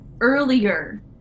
earlier